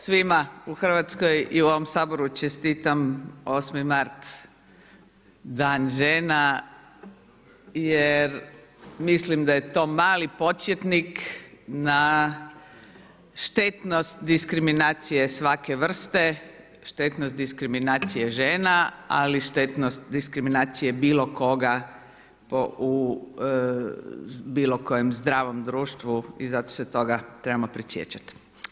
Svima u Hrvatskoj i u ovom Saboru čestitam osmi mart, Dan žena, jer mislim da je to mali podsjetnik na štetnost diskriminacije svake vrste, štetnost diskriminacije žena, ali štetnost diskriminacije bilo koga u bilo kojem zdravom društvu i zato se toga trebamo prisjećati.